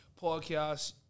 Podcast